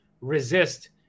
resist